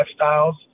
lifestyles